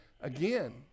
again